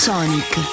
Sonic